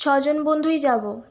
ছ জন বন্ধুই যাবো